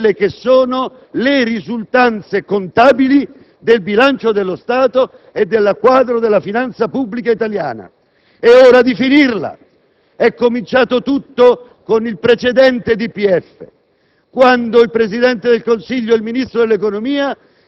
italiana, di totale incertezza e approssimazione delle risultanze contabili del bilancio dello Stato e del quadro della finanza pubblica italiana. È ora di finirla.